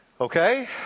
Okay